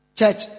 Church